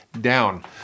down